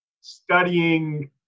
studying